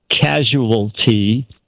Casualty